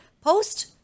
post